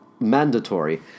Mandatory